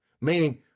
meaning